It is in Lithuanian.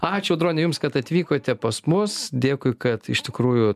ačiū audrone jums kad atvykote pas mus dėkui kad iš tikrųjų